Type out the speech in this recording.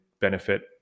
benefit